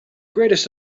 greatest